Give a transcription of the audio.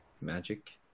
magic